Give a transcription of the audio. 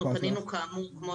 כאמור, כמו